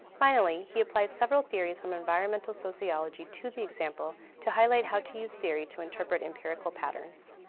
finally, he applies several theories from environmental sociology to the example to highlight how to use theory to interpret empirical patterns.